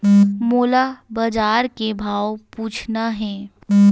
मोला बजार के भाव पूछना हे?